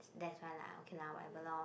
that's why lah okay lah whatever lor